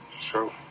True